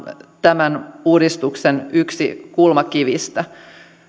tämän uudistuksen kulmakivistä